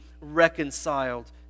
reconciled